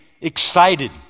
excited